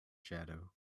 shadow